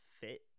fit